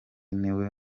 niwe